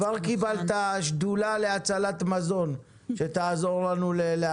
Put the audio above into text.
כבר קיבלת שדולה להצלת מזון, שתעזור לנו.